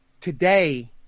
today